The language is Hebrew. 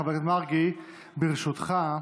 חבר הכנסת מרגי, ברשותך,